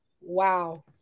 Wow